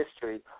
history